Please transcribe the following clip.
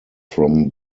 from